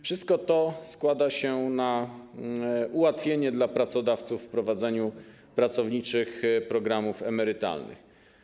Wszystko to składa się na ułatwienie pracodawcom prowadzenia pracowniczych programów emerytalnych.